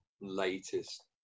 latest